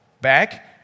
back